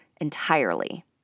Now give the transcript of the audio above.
entirely